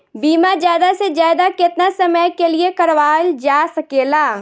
बीमा ज्यादा से ज्यादा केतना समय के लिए करवायल जा सकेला?